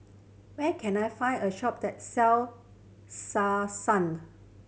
where can I find a shop that sell Selsun